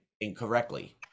incorrectly